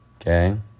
okay